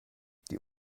die